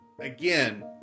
again